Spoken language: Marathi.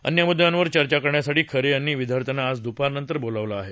अन्य मुद्द्यांवर चर्चा करण्यासाठी खरे यांनी विद्यार्थ्याना आज दुपारनंतर बोलावलं आहे